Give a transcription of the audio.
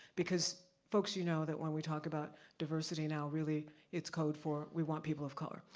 because folks, you know that when we talk about diversity now, really it's code for, we want people of color.